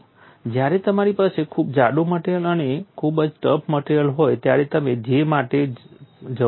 જ્યારે તમારી પાસે ખૂબ જાડુ મટેરીઅલ અને ખૂબ જ ટફ મટેરીઅલ હોય ત્યારે તમારે J માટે જવું પડે છે